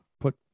put